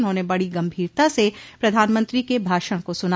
उन्होंने बड़ी गंभीरता से प्रधानमंत्री के भाषण को सुना